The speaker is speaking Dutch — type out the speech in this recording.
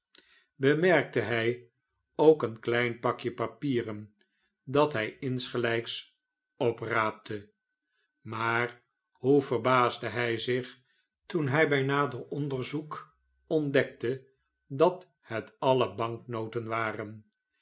bemerkte hij ook een klein pakje papieren dat hij insgelijks opraapte maar hoe verbaasde hij zich toen hij bij nader onderzoek ontdekte dat het alle banknoten waren